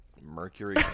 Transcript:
Mercury